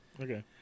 Okay